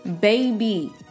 baby